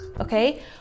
okay